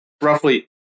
roughly